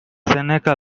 seneca